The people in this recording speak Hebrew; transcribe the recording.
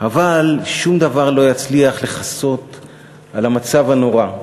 אבל שום דבר לא יצליח לכסות על המצב הנורא,